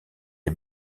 les